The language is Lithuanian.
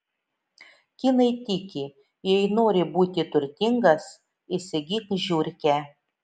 kinai tiki jei nori būti turtingas įsigyk žiurkę